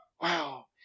wow